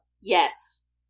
Yes